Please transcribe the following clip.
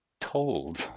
told